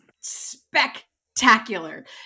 spectacular